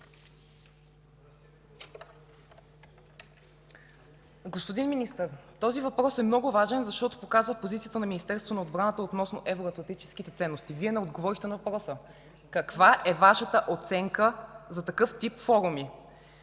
Господин Министър, този въпрос е много важен, защото показва позицията на Министерството на отбраната относно евроатлантическите ценности. Вие не отговорихте на въпроса: каква е Вашата оценка за такъв тип форуми?